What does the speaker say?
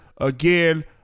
Again